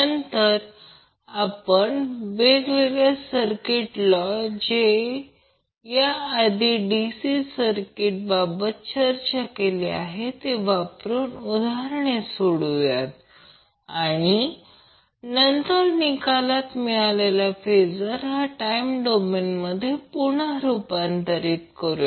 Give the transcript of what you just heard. नंतर आपण वेगवेगळे सर्किट लॉ जे याआधी DC सर्किट बाबत चर्चा केले ते वापरून उदाहरणे सोडवूया आणि नंतर निकालात मिळालेला फेजर हा टाईम डोमेनमध्ये पुन्हा रूपांतर करूया